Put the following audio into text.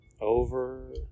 over